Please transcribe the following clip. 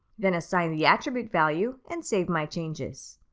then assign the attribute value and save my changes.